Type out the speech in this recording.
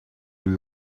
lui